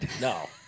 No